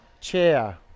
Chair